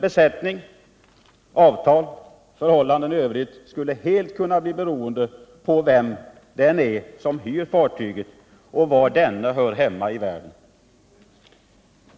Besättning, avtal, förhållanden i övrigt skulle helt kunna bli beroende på vem den är som hyr fartyget och var denne hör hemma i världen.